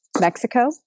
Mexico